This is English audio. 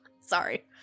Sorry